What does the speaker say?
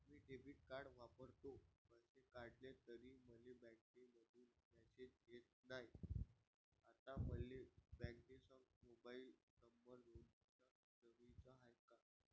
मी debit card वापरतो, पैसे काढले तरी मले बँकेमंधून मेसेज येत नाय, आता मले बँकेसंग मोबाईल नंबर जोडन जरुरीच हाय का?